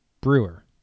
brewer